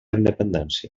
independència